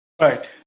right